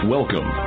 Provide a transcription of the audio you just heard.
Welcome